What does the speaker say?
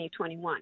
2021